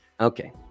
Okay